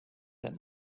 that